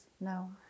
no